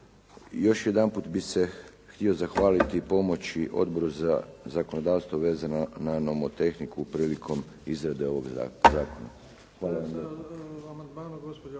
Još jedanput bih se htio zahvaliti pomoći Odboru za zakonodavstvo vezano na nomotehniku prilikom izrade ovog zakona. Hvala vam